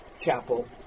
chapel